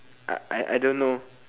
I I I don't know